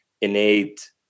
innate